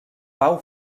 pau